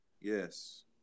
Yes